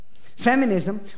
Feminism